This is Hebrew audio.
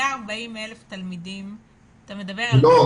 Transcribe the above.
140,000 תלמידים --- לא.